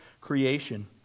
creation